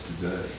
today